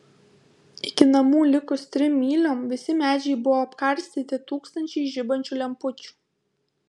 iki namų likus trim myliom visi medžiai buvo apkarstyti tūkstančiais žibančių lempučių